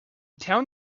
town